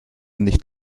nicht